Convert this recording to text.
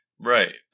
Right